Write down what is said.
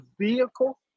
vehicle